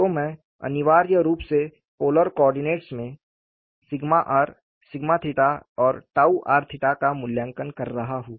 तो मैं अनिवार्य रूप से पोलर कोऑर्डिनेट्स में r और r का मूल्यांकन कर रहा हूं